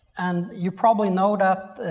and you probably know that